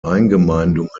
eingemeindungen